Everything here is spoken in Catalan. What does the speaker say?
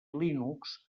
linux